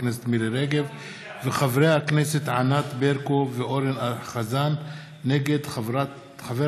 הכנסת מירי רגב וחברי הכנסת ענת ברקו ואורן חזן נגד חבר